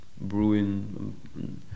brewing